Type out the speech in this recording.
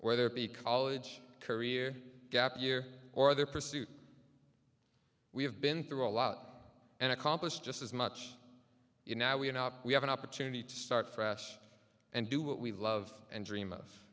whether it be college career gap year or their pursuit we have been through a lot and accomplish just as much in now we know we have an opportunity to start fresh and do what we love and dream of